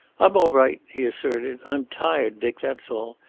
i'm all right, he asserted. i'm tired, dick, that's all.